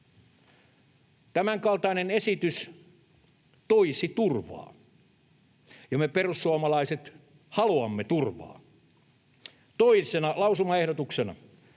Tämänkaltainen esitys toisi turvaa, ja me perussuomalaiset haluamme turvaa. Toisena lausumaehdotuksena